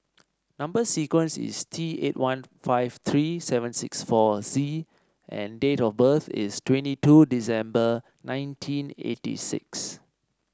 number sequence is T eight one five three seven six four Z and date of birth is twenty two December nineteen eighty six